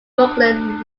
brooklyn